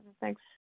Thanks